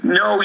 no